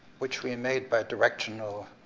which we made by directional